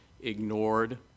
ignored